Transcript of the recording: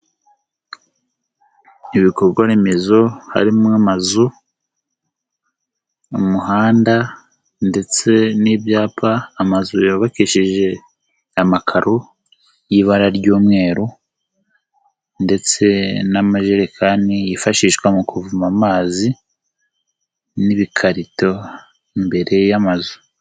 Ibikorwa remezo harimo amazu, umuhanda ndetse n'ibyapa, amazu y'ubakishije amakaro y'ibara ry'umweru ndetse n'amajerekani yifashishwa mu kuvoma amazi, n'ibikarito mbere y'amazu.